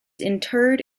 interred